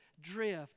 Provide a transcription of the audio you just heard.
drift